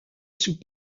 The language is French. sous